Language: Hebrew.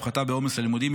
הפחתה בעומס הלימודים,